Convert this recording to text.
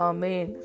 Amen